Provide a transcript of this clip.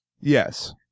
Yes